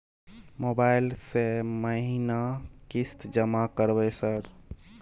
Mobile से महीना किस्त जमा करबै सर?